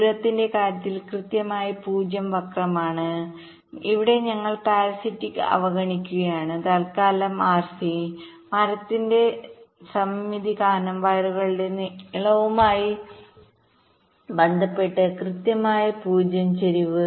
ദൂരത്തിന്റെ കാര്യത്തിൽ കൃത്യമായി 0 വക്രമാണ് ഇവിടെ ഞങ്ങൾ പരസിറ്റിക്സ് അവഗണിക്കുകയാണ് തൽക്കാലം RC മരത്തിന്റെ സമമിതി കാരണം വയറുകളുടെ നീളവുമായി ബന്ധപ്പെട്ട് കൃത്യമായ 0 ചരിവ്